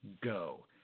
go